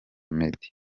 meddy